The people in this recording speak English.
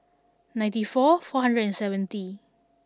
ninety four four hundred and seventy